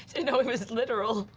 you know it was literal.